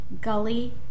Gully